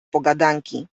pogadanki